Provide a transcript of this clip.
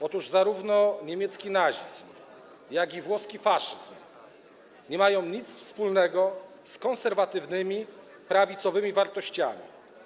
Otóż zarówno niemiecki nazizm, jak i włoski faszyzm nie mają nic wspólnego z konserwatywnymi, prawicowymi wartościami.